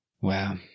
wow